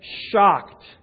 shocked